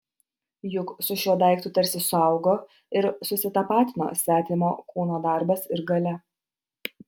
juk su šiuo daiktu tarsi suaugo ir susitapatino svetimo kūno darbas ir galia